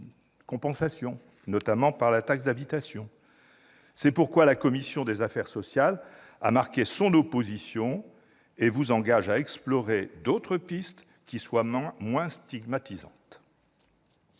C'est pourquoi la commission des affaires sociales a marqué son opposition à cette mesure, et vous engage à explorer d'autres pistes, moins stigmatisantes.